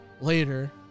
later